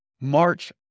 March